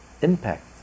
impact